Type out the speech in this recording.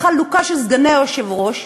בחלוקה של סגני היושב-ראש,